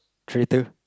traitor